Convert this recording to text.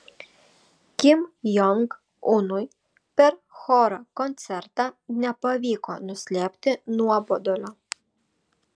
kim jong unui per choro koncertą nepavyko nuslėpti nuobodulio